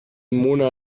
mona